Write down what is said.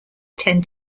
tend